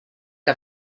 que